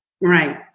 Right